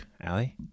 Allie